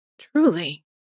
Truly